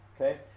Okay